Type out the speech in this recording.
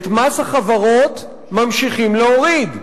את מס החברות ממשיכים להוריד.